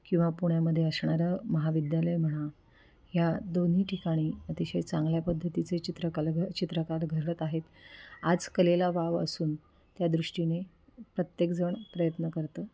किंवा पुण्यामध्ये असणारं महाविद्यालय म्हणा ह्या दोन्ही ठिकाणी अतिशय चांगल्या पद्धतीचे चित्रकला घ चित्रकार घरत आहेत आज कलेला वाव असून त्या दृष्टीने प्रत्येक जण प्रयत्न करतं